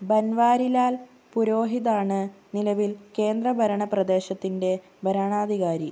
ബൻവാരിലാൽ പുരോഹിതാണ് നിലവിൽ കേന്ദ്ര ഭരണ പ്രദേശത്തിൻ്റെ ഭരണാധികാരി